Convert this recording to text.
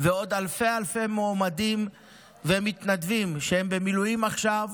ויש עוד אלפי אלפי מועמדים ומתנדבים שהם במילואים עכשיו